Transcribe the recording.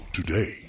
today